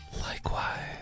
Likewise